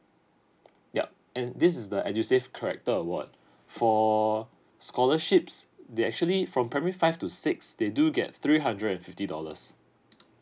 yup and this is the edu save character award for scholarships they actually from primary five to six they do get three hundred and fifty dollars